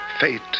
fate